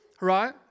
Right